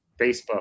Facebook